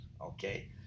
Okay